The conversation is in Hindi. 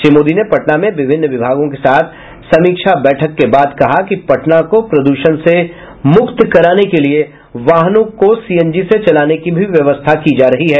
श्री मोदी ने पटना में विभिन्न विभागों के साथ समीक्षा बैठक के बाद कहा कि पटना को प्रद्षण से मुक्त कराने के लिए वाहनों को सीएनजी से चलाने की भी व्यवस्था की जा रही है